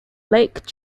lake